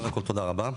קודם כל תודה רבה,